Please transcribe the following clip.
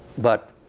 but